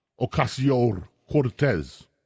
Ocasio-Cortez